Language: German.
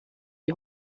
die